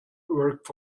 recent